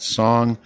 song